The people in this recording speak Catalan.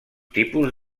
tipus